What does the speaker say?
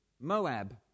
Moab